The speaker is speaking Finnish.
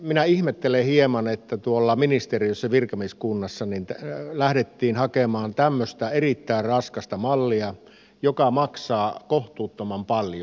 minä ihmettelen hieman että tuolla ministeriössä virkamieskunnassa lähdettiin hakemaan tämmöistä erittäin raskasta mallia joka maksaa kohtuuttoman paljon